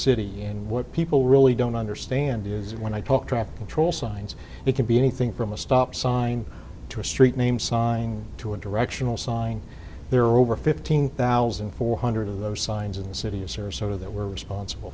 city and what people really don't understand is when i talk traffic control signs it can be anything from a stop sign to a street name sign to a directional sign there are over fifteen thousand four hundred of those signs in the city of service over that we're responsible